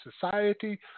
society